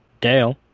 Dale